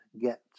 get